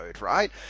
right